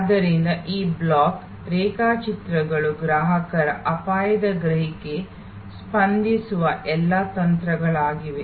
ಆದ್ದರಿಂದ ಈ ಬ್ಲಾಕ್ ರೇಖಾಚಿತ್ರಗಳು ಗ್ರಾಹಕರ ಅಪಾಯದ ಗ್ರಹಿಕೆಗೆ ಸ್ಪಂದಿಸುವ ಎಲ್ಲಾ ತಂತ್ರಗಳಾಗಿವೆ